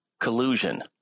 collusion